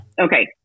okay